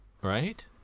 Right